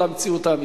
זו המציאות האמיתית.